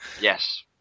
yes